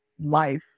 life